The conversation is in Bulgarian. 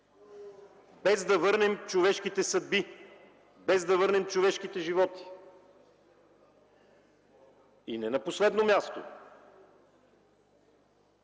без да върнем човешките съдби, без да върнем човешките животи. Не на последно място,